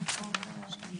בסעיף (2)(ג), שאחרי סעיף (ד)